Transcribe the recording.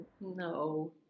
No